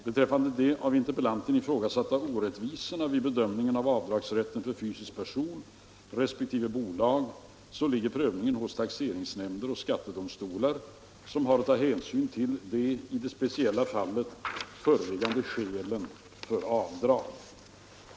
Beträffande de av interpellanten ifrågasatta orättvisorna vid bedömning av avdragsrätten för fysisk person respektive bolag ligger prövningen hos taxeringsnämnder och skattedomstolar som har att ta hänsyn till de i det speciella fallet föreliggande skälen för avdrag.